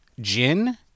gin